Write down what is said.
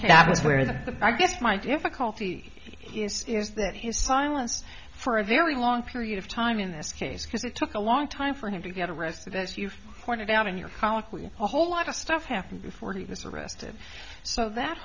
gaddis where the i guess my difficulty is that his silence for a very long period of time in this case because it took a long time for him to get arrested as you pointed out in your colloquy a whole lot of stuff happened before he was arrested so that